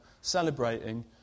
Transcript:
celebrating